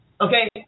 okay